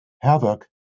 havoc